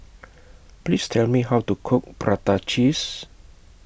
Please Tell Me How to Cook Prata Cheese